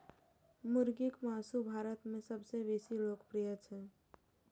मुर्गीक मासु भारत मे सबसं बेसी लोकप्रिय छै